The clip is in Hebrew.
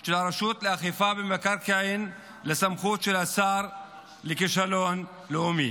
של הרשות לאכיפה במקרקעין לסמכות של השר לכישלון לאומי.